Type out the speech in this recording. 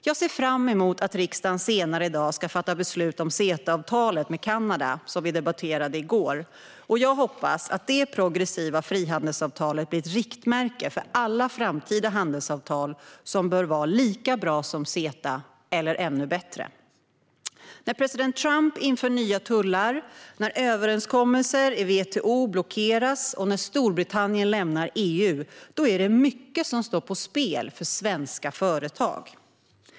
Jag ser fram emot att riksdagen senare i dag ska besluta om CETA-avtalet med Kanada, som vi debatterade i går, och jag hoppas att det progressiva frihandelsavtalet blir ett riktmärke för alla framtida handelsavtal som bör vara lika bra som CETA eller ännu bättre. När president Trump inför nya tullar, när överenskommelser i WTO blockeras och när Storbritannien lämnar EU är det mycket som står på spel för svenska företag.